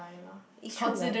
it's true right